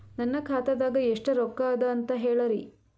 ನನ್ನ ಖಾತಾದಾಗ ಎಷ್ಟ ರೊಕ್ಕ ಅದ ಅಂತ ಹೇಳರಿ?